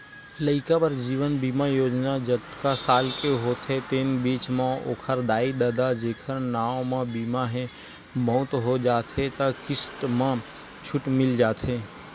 लइका बर जीवन बीमा योजना जतका साल के होथे तेन बीच म ओखर दाई ददा जेखर नांव म बीमा हे, मउत हो जाथे त किस्त म छूट मिल जाथे